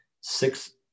Six